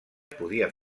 podia